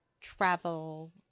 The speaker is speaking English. travel